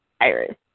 Iris